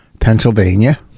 Pennsylvania